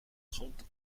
trente